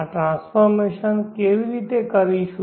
આ ટ્રાન્સફોર્મશન કેવી રીતે કરીશું